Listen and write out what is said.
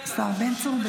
השר בן צור.